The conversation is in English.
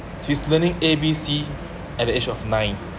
she's learning a b c at the age of nine